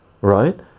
right